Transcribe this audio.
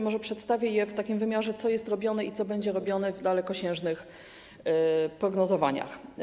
Może przedstawię je w takim wymiarze, co jest robione i co będzie robione w dalekosiężnych prognozowaniach.